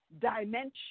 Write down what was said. dimension